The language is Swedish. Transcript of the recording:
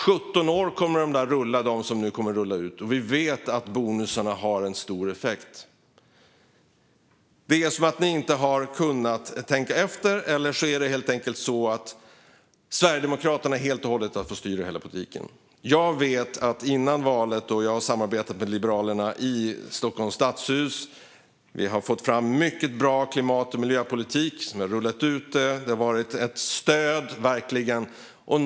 De bilar som rullar ut nu kommer att rulla i 17 år. Vi vet att bonusarna har en stor effekt. Det är som att ni inte har kunnat tänka efter, eller så har helt enkelt Sverigedemokraterna helt och hållet fått styra hela politiken. Jag har före valet samarbetat med Liberalerna i Stockholms stadshus. Vi har fått fram mycket bra klimat och miljöpolitik och har rullat ut det. Det har verkligen varit ett stöd.